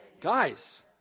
Guys